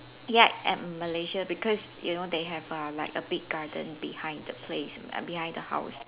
ya at Malaysia because you know they have uh like a big garden behind the place behind the house